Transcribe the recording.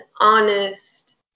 honest